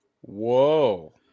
Whoa